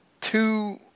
two